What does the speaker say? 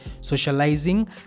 socializing